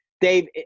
dave